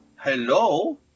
hello